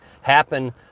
happen